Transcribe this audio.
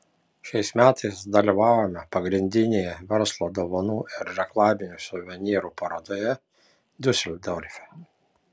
šiais metais dalyvavome pagrindinėje verslo dovanų ir reklaminių suvenyrų parodoje diuseldorfe